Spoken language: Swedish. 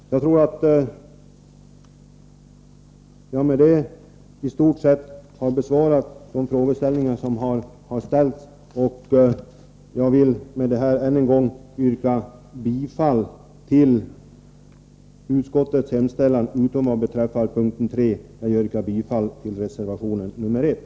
Jag tror att jag med detta i stort sett har besvarat de frågor som har ställts, och jag vill än en gång yrka bifall till utskottets hemställan utom vad beträffar mom. 3, där jag yrkar bifall till reservation nr 1.